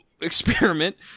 experiment